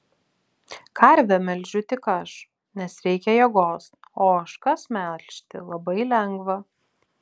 karvę melžiu tik aš nes reikia jėgos o ožkas melžti labai lengva